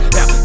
Now